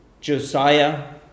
Josiah